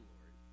Lord